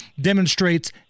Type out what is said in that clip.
demonstrates